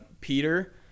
Peter